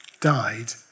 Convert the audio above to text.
died